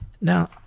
Now